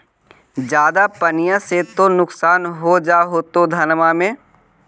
ज्यादा पनिया से तो नुक्सान हो जा होतो धनमा में?